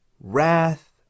wrath